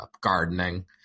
gardening